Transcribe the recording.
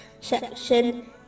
section